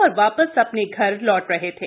और वापस अपने घर लौट रहे थे